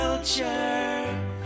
Culture